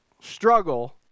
struggle